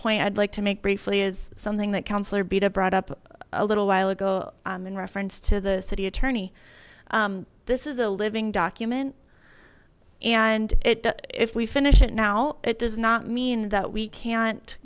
point i'd like to make briefly is something that councillor beata brought up a little while ago in reference to the city attorney this is a living document and it if we finish it now it does not mean that we can't